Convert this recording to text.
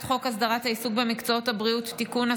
חוק הסדרת העיסוק במקצועות הבריאות (תיקון,